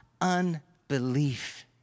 unbelief